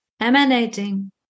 emanating